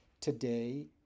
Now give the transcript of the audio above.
today